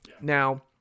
Now